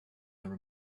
there